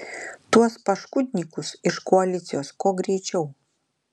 tuos paškudnykus iš koalicijos kuo greičiau